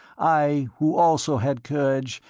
i, who also had courage,